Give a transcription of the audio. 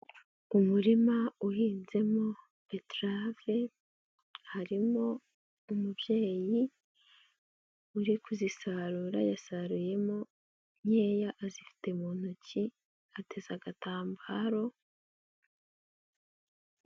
Umurima uhinzemo beterave, harimo umubyeyi, uri kuzisarura, yasaruyemo nkeya azifite mu ntoki, ateze agatambaro.